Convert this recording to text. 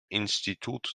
institut